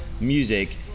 music